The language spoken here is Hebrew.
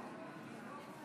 שקט,